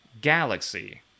galaxy